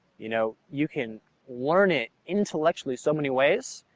you know you can learn it intellectually so many ways,